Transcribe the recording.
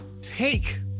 take